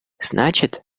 значит